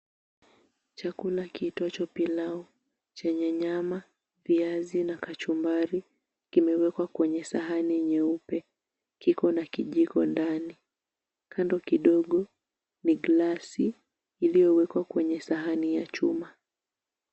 Chakula kiitwacho pilau chenye nyama, viazi na kachumbari kimewekwa kwenye sahani nyeupe kiko na kijiko ndani. Kando kidogo ni glasi iliyowekwa kwenye sahani ya chuma.